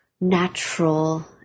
natural